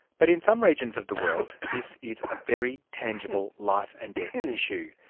but in some regions of the world this is a very tangible life and death issue.